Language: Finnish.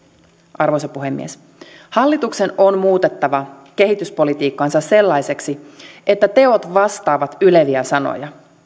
arvoisa puhemies hallituksen on muutettava kehityspolitiikkansa sellaiseksi että teot vastaavat yleviä sanoja